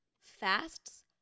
fasts